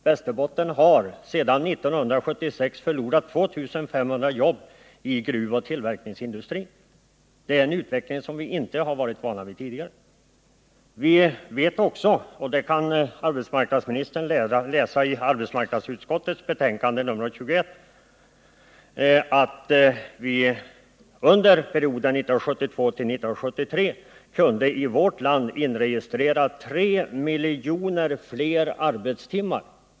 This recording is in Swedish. Västerbotten har sedan 1976 förlorat 2500 jobb i gruvoch tillverkningsindustrin. Det är en utveckling som vi inte varit vana vid tidigare. Vi vet också, vilket arbetsmarknadsministern kan läsa i arbetsmarknadsutskottets betänkande nr 21, att vi under perioden 1972-1973 i vårt land kunde inregistrera 3 miljoner flera arbetstimmar.